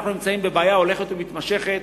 אנחנו נמצאים בבעיה הולכת ומתמשכת,